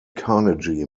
carnegie